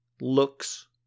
looks